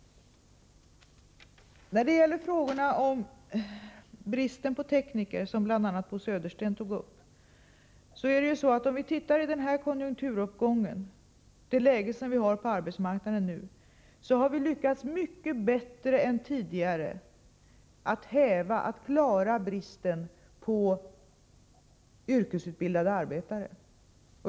Så till bristen på tekniker, som bl.a. Bo Södersten tog upp. Om vi tittar på det läge vi har på arbetsmarknaden i den konjunkturuppgång vi nu befinner oss i finner vi att vi lyckats mycket bättre än tidigare med att klara bristen på yrkesutbildade arbetare.